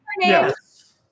Yes